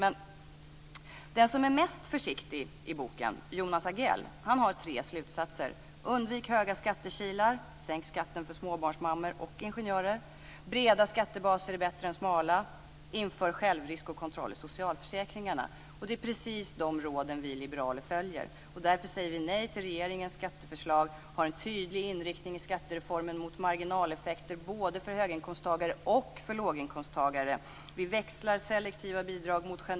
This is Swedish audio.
Men den som är mest försiktig i boken, Jonas Agell, har tre slutsatser: undvik höga skattekilar, sänk skatten för småbarnsmammor och ingenjörer, breda skattebaser är bättre än smala, inför självrisk och kontroll i socialförsäkringarna. Det är precis de råd som vi liberaler följer. Därför säger vi nej till regeringens skatteförslag.